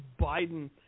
biden